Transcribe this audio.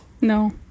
No